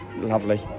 lovely